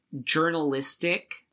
journalistic